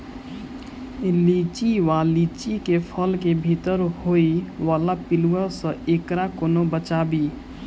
लिच्ची वा लीची केँ फल केँ भीतर होइ वला पिलुआ सऽ एकरा कोना बचाबी?